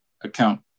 account